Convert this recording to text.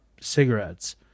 cigarettes